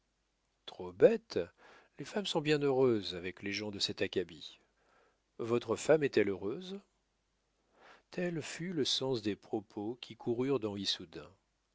trop bête les femmes sont bien heureuses avec les gens de cet acabit votre femme est-elle heureuse tel fut le sens des propos qui coururent dans